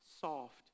soft